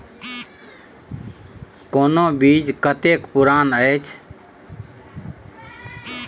कोनो बीज कतेक पुरान अछि?